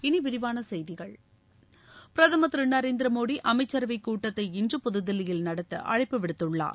இனி விரிவான செய்திகள் பிரதமர் திரு நரேந்திர மோடி அமைச்சரவை கூட்டத்தை இன்று புதுதில்லியில் நடத்த அழைப்பு விடுத்துள்ளார்